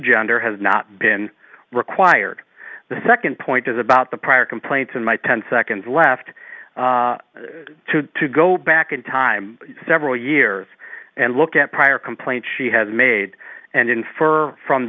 gender has not been required the second point is about the prior complaints in my ten seconds left to go back in time several years and look at prior complaints she has made and infer from